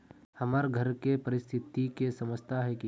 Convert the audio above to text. हमर घर के परिस्थिति के समझता है की?